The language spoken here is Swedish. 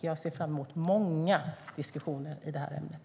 Jag ser fram emot många diskussioner i det här ämnet.